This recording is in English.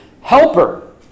helper